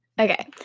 Okay